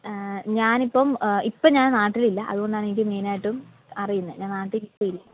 ഞാനിപ്പം ഇപ്പോൾ ഞാൻ നാട്ടിലില്ല അതുകൊണ്ടാണ് എനിക്ക് മെയിൻ ആയിട്ടും അറിയുന്നത് ഞാൻ നാട്ടിൽ ഇപ്പോൾ ഇല്ല